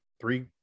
three